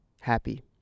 happy